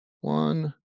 one